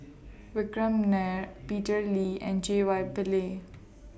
Vikram Nair Peter Lee and J Y Pillay